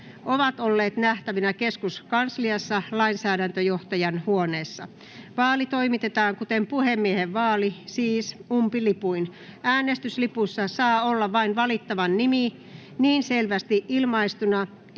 ovat olleet nähtävinä keskuskansliassa lainsäädäntöjohtajan huoneessa. Vaali toimitetaan kuten puhemiehen vaali, siis umpilipuin. Äänestyslipussa saa olla vain valittavan nimi niin selvästi ilmaistuna,